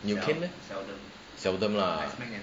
you cane meh seldom lah